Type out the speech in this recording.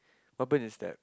what happen is that